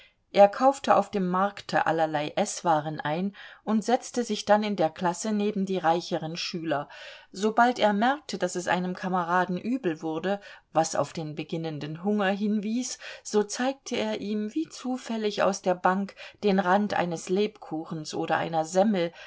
er kaufte auf dem markte allerlei eßwaren ein und setzte sich dann in der klasse neben die reicheren schüler sobald er merkte daß es einem kameraden übel wurde was auf den beginnenden hunger hinwies so zeigte er ihm wie zufällig aus der bank den rand eines lebkuchens oder einer semmel